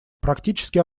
практически